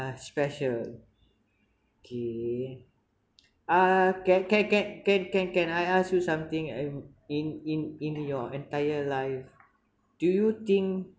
special okay uh can can can can can can I ask you something in in in your entire life do you think